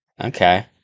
Okay